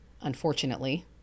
unfortunately